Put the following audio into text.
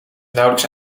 nauwelijks